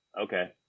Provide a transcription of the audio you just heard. okay